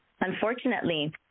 Unfortunately